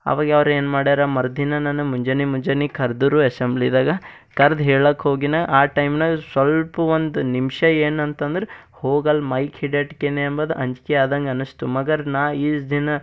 ಆವಾಗ ಅವ್ರು ಏನು ಮಾಡ್ಯಾರ ಮರುದಿನ ನಾನು ಮುಂಜಾನೆ ಮುಂಜಾನೆ ಕರೆದರು ಎಸೆಂಬ್ಲಿದಾಗ ಕರ್ದು ಹೇಳಕ್ಕೋಗಿ ನಾ ಆ ಟೈಮ್ನಾಗ ಸ್ವಲ್ಪ ಒಂದು ನಿಮಿಷ ಏನಂತಂದರು ಹೋಗಲ್ಲಿ ಮೈಕ್ ಹಿಡಿಯಟ್ಕೆ ಅಂಬದು ಅಂಜಿಕೆ ಆದಂಗನಿಸ್ತು ಮಗರ್ ನಾ ಇಸ್ ದಿನ